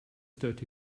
dirty